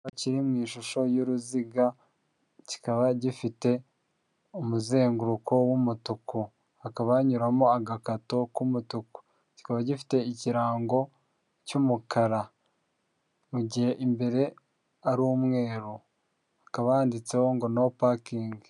Kiri mu ishusho y'uruziga kikaba gifite umuzenguruko w'umutuku hakabayuramo agakato k'umutuku kikaba gifite ikirango cy'umukara mu gihe imbere ari umweru aka handitseho ngo no pakingi.